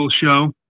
show